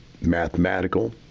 mathematical